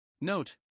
Note